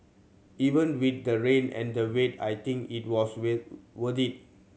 even with the rain and the wait I think it was with worth it